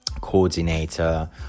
coordinator